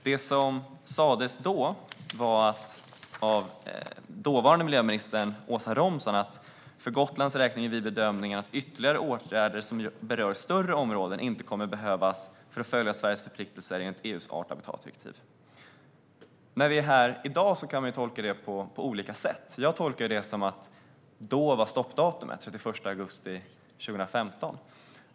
Det som sas då av dåvarande miljöminister Åsa Romson var: För Gotlands räkning gör vi bedömningen att ytterligare åtgärder som berör större områden inte kommer att behövas för att fullgöra Sveriges förpliktelser enligt EU:s art och habitatdirektiv. När vi är här i dag kan vi tolka det på olika sätt. Jag tolkar det som att då var stoppdatumet 31 augusti 2015.